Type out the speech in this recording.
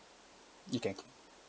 you can